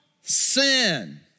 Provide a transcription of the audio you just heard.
sin